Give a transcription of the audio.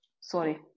Sorry